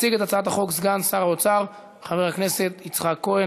יציג את הצעת החוק סגן שר האוצר חבר הכנסת יצחק כהן.